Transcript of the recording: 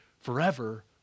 forever